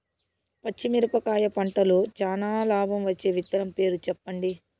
పచ్చిమిరపకాయ పంటలో చానా లాభం వచ్చే విత్తనం పేరు చెప్పండి?